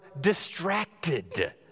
distracted